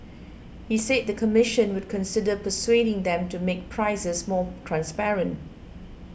he said the commission would consider persuading them to make prices more transparent